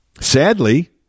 Sadly